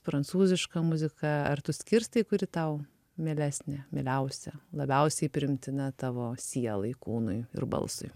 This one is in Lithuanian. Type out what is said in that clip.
prancūziška muzika ar tu skirstai kuri tau mielesnė mieliausia labiausiai priimtina tavo sielai kūnui ir balsui